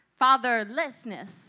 Fatherlessness